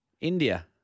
India